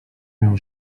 miał